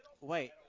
wait